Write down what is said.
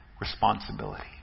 responsibility